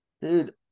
Dude